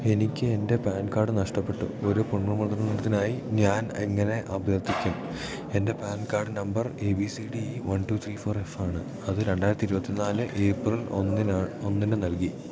എനിക്ക് എൻ്റെ PAN card നഷ്ടപ്പെട്ടു ഒരു പുനർമുദ്രണത്തിനായി ഞാൻ എങ്ങനെ അഭ്യർത്ഥിക്കും എൻ്റെ PAN card number A B C D E one two three four എഫാണ് അത് രണ്ടായിരത്തി ഇരുപത്തി നാല് ഏപ്രിൽ ഒന്നിനാണ് ഒന്നിന് നൽകി